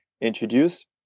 introduce